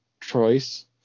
choice